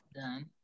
done